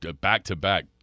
back-to-back